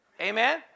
Amen